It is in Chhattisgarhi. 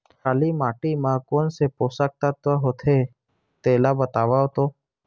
काली माटी म कोन से पोसक तत्व होथे तेला बताओ तो?